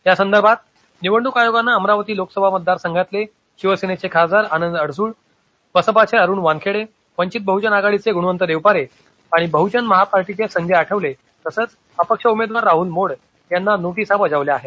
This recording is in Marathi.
या संदर्भात निवडणुक आयोगानं अमरावती लोकसभा मतदारसंघातले शिवसेनेचे खासदार आनंद अडसूळ बसपाचे अरुण वानखेडे वंचित बहजन आघाडीचे गुणवंत देवपारे बहजन महापार्टीचे संजय आठवले आणि अपक्ष उमेदवार राहल मोड यांना नोटीसा बजावल्या आहेत